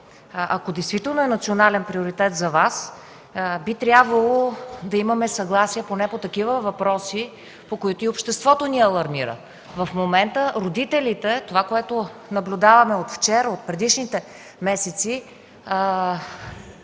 ако действително е национален приоритет за Вас, би трябвало да имаме съгласие поне по такива въпроси, по които и обществото ни алармира. В момента родителите – това, което наблюдаваме от вчера, от предишните месеци,